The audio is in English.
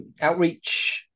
outreach